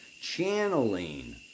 channeling